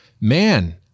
man